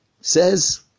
says